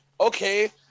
Okay